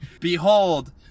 Behold